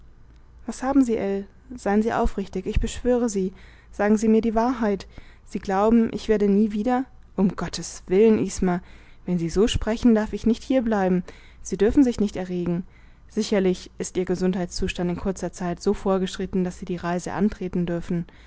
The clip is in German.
was haben sie ell seien sie aufrichtig ich beschwöre sie sagen sie mir die wahrheit sie glauben ich werde nie wieder um gottes willen isma wenn sie so sprechen darf ich nicht hierbleiben sie dürfen sich nicht erregen sicherlich ist ihr gesundheitszustand in kurzer zeit so vorgeschritten daß sie die reise antreten dürfen